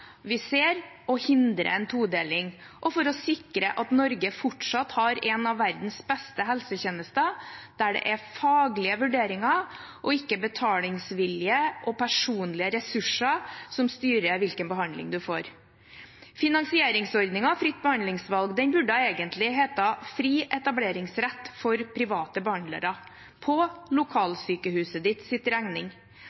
vi ser, og hindre en todeling, og for å sikre at Norge fortsatt har en av verdens beste helsetjenester, der det er faglige vurderinger, ikke betalingsvilje og personlige ressurser som styrer hvilken behandling man får. Finansieringsordningen Fritt behandlingsvalg burde egentlig hete fri etableringsrett for private behandlere på